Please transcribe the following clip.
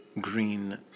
Green